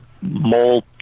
mole